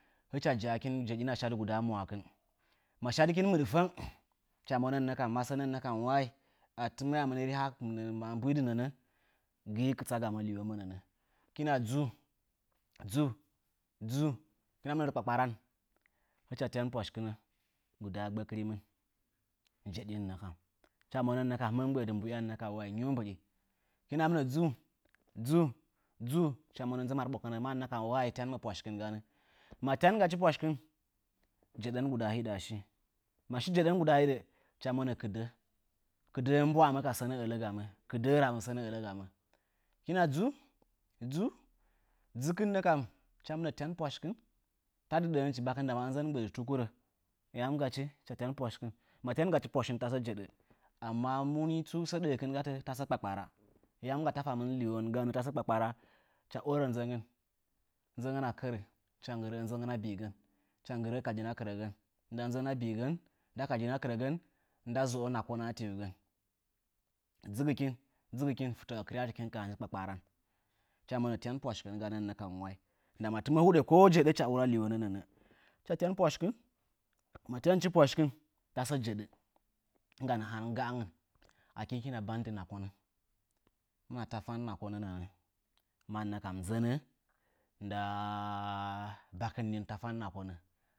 Hɨcha ja'akin jeɗina shadɨ guda mwaakɨn. Ma shadɨkin mɨɗtəna hɨcha monən, mannə kam wayi ma sənə nəə a tɨmə waa rihaa mbidɨ nənə, gii kɨtsa gaməa liwomə nənə. Hɨkina dzuu dzuu dzuu hɨkina rə kpakparan, hɨcha tyan pwashikɨnə gudaa gbək rimɨn. Hicha mɨnə monən mannə kam wayi hɨmə mɨ mgbə'ə dɨ mi mbuya nyiu mbɨɗi. Hɨkina mɨnə dzuu, dzuu, dzuu, hɨcha monən, mannə kam tyanɨmə pwashkɨn. Ma tyanchi pwashikɨn, jedən hiɗəa shi. Ma shi jeɗən sudaa hɨɗəa shi hɨcha monə kɨɗəh, kɨdəh mbu'amə ka sənə əalə gamə. Hɨkina dzuu, dzuu, dzɨkɨnnə kam hɨcha tyan pwashkɨn tadɨ ɗəhənchi bakɨn ndama ɨnzən mɨ mgbəə dɨ tukurə. Hɨcha ɨyan pwashin, ma tyan gachi pwashn tasə jeɗə. Ma tyanchi pwashin tasə jeɗə amma mu nii sə ɗahəkɨn gatə? Tasə kpakpara. Yam ga tafamɨn liwon gatə tasə kpakpara? Hɨcha orə nzəngən, nzəngəna kərə. Hɨcha nggɨrə'ə nzəngən a bi igən, nda kadin a kɨrəagən, nda zə'o nakon ativgən. Dzɨgɨkin, dzɨgɨkin, fɨtəa kɨryatɨkin ka ha nji kpakparan. Hɨcha monən, tyan pwashkɨn ganə nə kam nayi ndama tɨmə huɗə ko jeɗə hɨcha ura jeɗənə nəə. Hɨcha ɨyan pwashkɨn. Ma tyanchi pwaskɨn tasə jeɗə. Nɨnganə han nggangən. Akii hɨkina bandɨ nakonə nə'ə, mannə kam hɨmɨna tafadɨ nakon nəə. Mannə kam nzənə, ndaa bakɨn nɨn tafan nakonə.